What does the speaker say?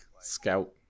scout